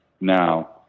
now